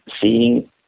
seeing